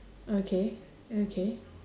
okay okay